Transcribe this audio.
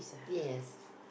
yes